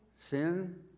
sin